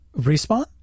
Respawn